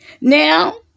Now